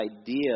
idea